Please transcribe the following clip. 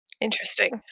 Interesting